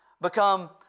become